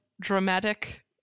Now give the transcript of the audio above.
dramatic